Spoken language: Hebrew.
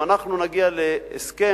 אם אנחנו נגיע להסכם,